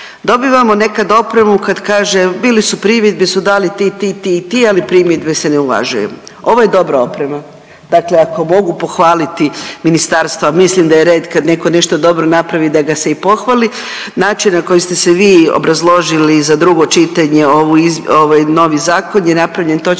dobivamo nekad opremu kad kaže bili su primjedbe su dali ti, ti, ti i ti, ali primjedbe se ne uvažuje. Ovo je dobra oprema, dakle ako mogu pohvaliti ministarstva, a mislim da je red kad neko nešto dobro napravi da ga se i pohvali, način na koji ste se vi obrazložili za drugo čitanje ovaj novi zakon je napravljen točno